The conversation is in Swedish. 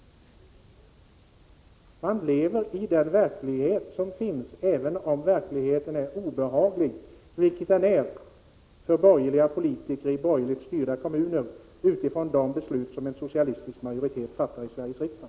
Man lever i den verklighet som finns även om verkligheten är obehaglig, vilket den är för borgerliga politiker i borgerligt styrda kommuner utifrån de beslut som en socialistisk majoritet fattar i Sveriges riksdag.